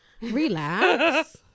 relax